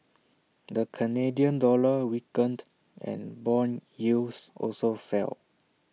the Canadian dollar weakened and Bond yields also fell